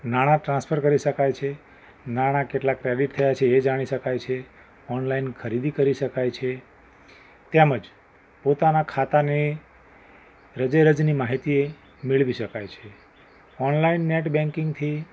નાણાં ટ્રાન્સફર કરી શકાય છે નાણાં કેટલા ક્રૅડિટ થયા છે એ જાણી શકાય છે ઑનલાઇન ખરીદી કરી શકાય છે તેમજ પોતાનાં ખાતાને રજે રજની માહિતી એ મેળવી શકાય છે ઑનલાઇન નેટ બૅન્કિંગથી